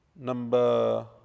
Number